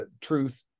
truth